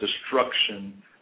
destruction